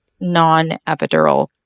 non-epidural